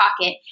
pocket